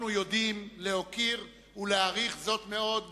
אנחנו יודעים להוקיר ולהעריך זאת מאוד.